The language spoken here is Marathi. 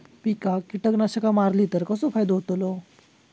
पिकांक कीटकनाशका मारली तर कसो फायदो होतलो?